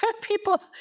people